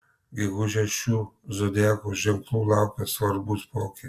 gegužę šių zodiako ženklų laukia svarbūs pokyčiai